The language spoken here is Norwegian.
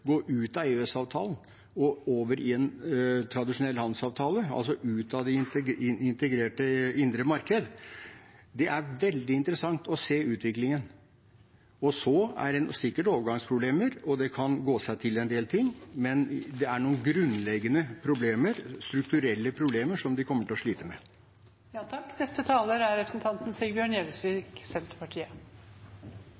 gå ut av EØS-avtalen og over i en tradisjonell handelsavtale, altså ut av det integrerte indre marked. Det er veldig interessant å se utviklingen. Det er sikkert overgangsproblemer, og en del ting kan gå seg til, men det er noen grunnleggende strukturelle problemer, som de kommer til å slite